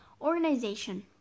Organization